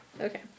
Okay